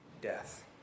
death